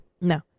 No